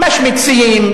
משמיצים,